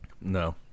No